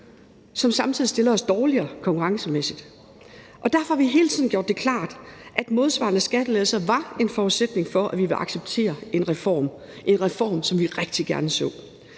som samtidig stiller os dårligere konkurrencemæssigt. Og der har Konservative hele tiden gjort det klart, at modsvarende skattelettelser var en forudsætning for, at vi ville acceptere en reform – en reform, som vi rigtig gerne så.